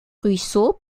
ruisseaux